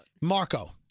Marco